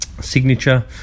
signature